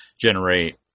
generate